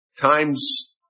times